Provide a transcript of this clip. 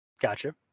Gotcha